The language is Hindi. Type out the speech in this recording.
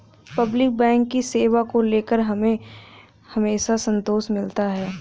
पब्लिक बैंक की सेवा को लेकर हमें हमेशा संतोष मिलता है